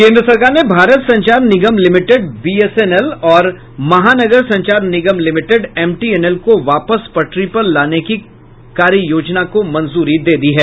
केन्द्र सरकार ने भारत संचार निगम लिमिटेड बीएसएनएल और महानगर संचार निगम लिमिटेड एमटीएनएल को वापस पटरी पर लाने की योजना को मंजूरी दे दी है